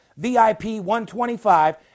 VIP125